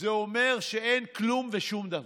זה אומר שאין כלום ושום דבר.